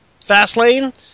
Fastlane